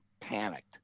panicked